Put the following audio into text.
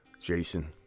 jason